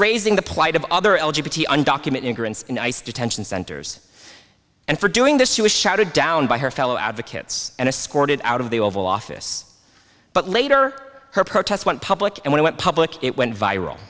raising the plight of other undocumented immigrants in ice detention centers and for doing this she was shouted down by her fellow advocates and squirted out of the oval office but later her protest went public and went public it went viral